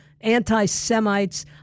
Anti-Semites